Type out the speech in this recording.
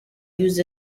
used